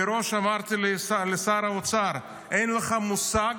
מראש אמרנו פה, אמרתי לשר האוצר, אין לך מושג